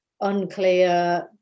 unclear